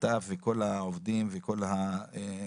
אתה וכל העובדים וכל הפקידים,